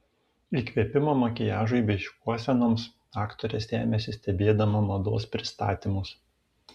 įkvėpimo makiažui bei šukuosenoms aktorė semiasi stebėdama mados pristatymus